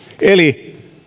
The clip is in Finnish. eli